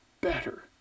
better